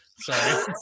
Sorry